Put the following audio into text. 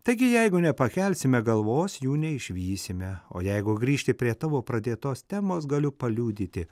taigi jeigu nepakelsime galvos jų neišvysime o jeigu grįžti prie tavo pradėtos temos galiu paliudyti